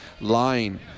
line